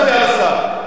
לא, לא, אל תפריע.